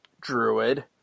druid